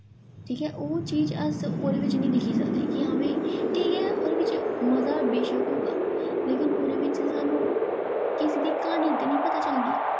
ठीक ऐ ओह् चीज़ अस ओह्दे बिच्च निं दिक्खी सकने कि हां भाई ते एह् ऐ ओह्दे बिच्च मज़ा बेशक होगा लेकिन ओह्दे बिच्च सानूं किसे दा क्हानी ते निं पता चलनी